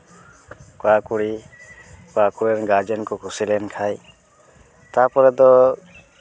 ᱠᱚᱲᱟ ᱠᱩᱲᱤ ᱵᱟ ᱠᱚᱲᱟ ᱠᱩᱲᱤ ᱨᱮᱱ ᱜᱟᱨᱡᱮᱱ ᱠᱚ ᱠᱩᱥᱤ ᱞᱮᱱᱠᱷᱟᱡ ᱛᱟᱯᱚᱨᱮ ᱫᱚ